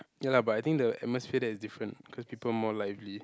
ya lah but I think the atmosphere there is different cause people more lively